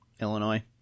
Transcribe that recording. Illinois